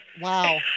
wow